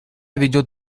ведет